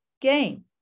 game